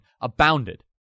abounded